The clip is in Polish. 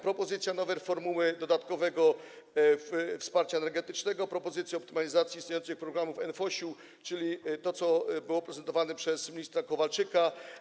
Propozycja nowej formuły dodatkowego wsparcia energetycznego, propozycja optymalizacji istniejących programów NFOŚ, czyli to, co było prezentowane przez ministra Kowalczyka.